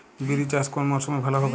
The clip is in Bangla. বিরি চাষ কোন মরশুমে ভালো হবে?